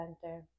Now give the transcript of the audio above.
center